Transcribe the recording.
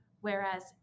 whereas